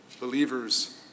believers